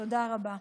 תודה רבה.